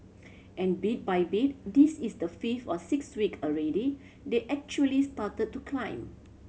and bit by bit this is the fifth or sixth week already they actually started to climb